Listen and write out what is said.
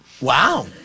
Wow